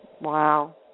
Wow